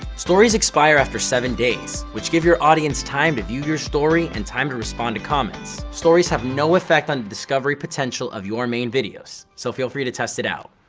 stories expire after seven days which give your audience time to view your story and time to respond to comments. stories have no effect on the discovery potential of your main videos so feel free to test it out.